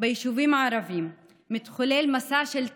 ביישובים הערביים מתחולל מסע של טרור,